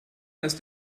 ist